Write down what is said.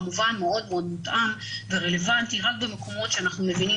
כמובן מאוד מותאם ורלוונטי רק במקומות שאנחנו מבינים